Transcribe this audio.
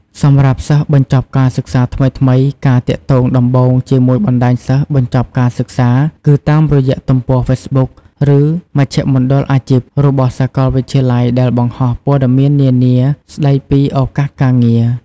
សម្រាប់សិស្សបញ្ចប់ការសិក្សាថ្មីៗ ការទាក់ទងដំបូងជាមួយបណ្តាញសិស្សបញ្ចប់ការសិក្សាគឺតាមរយៈទំព័រហ្វេសប៊ុក ឬ “មជ្ឈមណ្ឌលអាជីព” របស់សាកលវិទ្យាល័យដែលបង្ហោះព័ត៌មាននានាស្ដីពីឱកាសការងារ។